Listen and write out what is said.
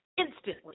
instantly